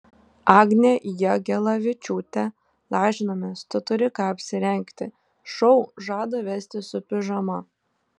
agnė jagelavičiūtė lažinamės tu turi ką apsirengti šou žada vesti su pižama